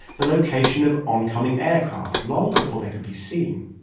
the location of oncoming aircraft long before they could be seen.